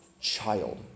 child